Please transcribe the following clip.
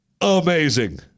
amazing